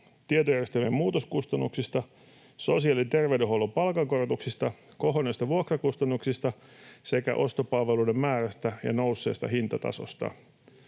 tietojärjestelmien muutoskustannuksista, sosiaali- ja terveydenhuollon palkankorotuksista, kohonneista vuokrakustannuksista sekä ostopalveluiden määrästä ja nousseesta hintatasosta